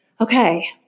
okay